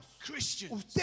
Christians